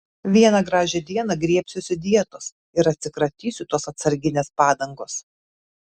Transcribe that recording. vieną gražią dieną griebsiuosi dietos ir atsikratysiu tos atsarginės padangos